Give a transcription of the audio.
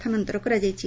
ସ୍ଥାନାନ୍ତର କରାଯାଇଛି